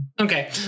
Okay